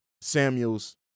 Samuels